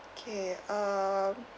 K um